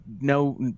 no